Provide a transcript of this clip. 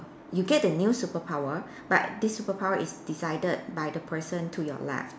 you get the new superpower but this superpower is decided by the person to your left